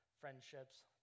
friendships